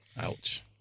Ouch